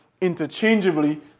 interchangeably